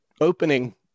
opening